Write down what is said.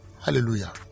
Hallelujah